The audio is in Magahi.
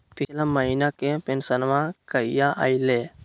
पिछला महीना के पेंसनमा कहिया आइले?